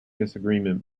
disagreement